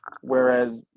whereas